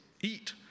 Eat